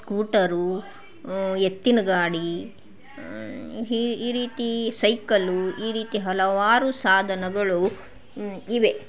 scooter ಎತ್ತಿನಗಾಡಿ ಹಿ ಈ ರೀತಿ ಸೈಕಲ್ಲು ಈ ರೀತಿ ಹಲವಾರು ಸಾಧನಗಳು ಇವೆ